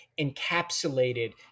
encapsulated